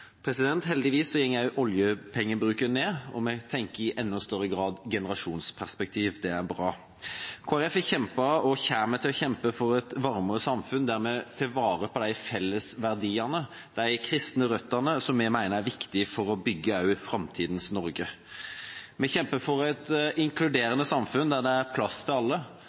Heldigvis går også oljepengebruken ned, og vi tenker i enda større grad i et generasjonsperspektiv. Det er bra. Kristelig Folkeparti har kjempet og kommer til å kjempe for et varmere samfunn der vi tar vare på fellesverdiene, de kristne røttene, noe vi mener er viktig for å bygge framtidens Norge. Vi kjemper for et inkluderende samfunn der det er plass til alle,